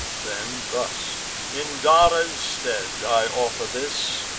then, thus in dares' stead i offer this.